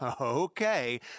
Okay